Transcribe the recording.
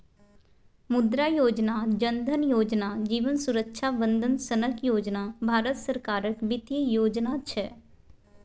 मुद्रा योजना, जन धन योजना, जीबन सुरक्षा बंदन सनक योजना भारत सरकारक बित्तीय योजना छै